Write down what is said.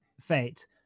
fate